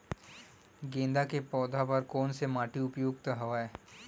गेंदा के पौधा बर कोन से माटी उपयुक्त हवय?